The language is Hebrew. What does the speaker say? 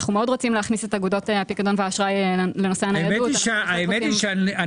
אנחנו מאוד רוצים להכניס את אגודות הפיקדון והאשראי --- אני לא מבין.